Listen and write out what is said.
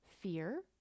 fear